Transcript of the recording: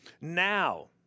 Now